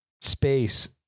space